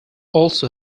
also